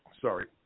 sorry